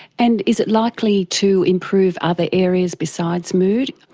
and is it likely to improve other areas besides mood?